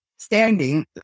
standing